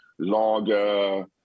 lager